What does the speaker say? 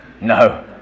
No